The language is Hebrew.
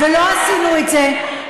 ולא עשינו את זה.